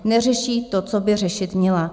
Neřeší to, co by řešit měla.